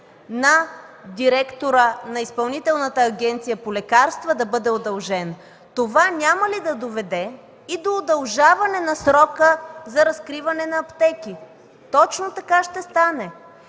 агенция по лекарствата да бъде удължен? Това няма ли да доведе и до удължаване на срока за разкриване на аптеки? Точно така ще стане.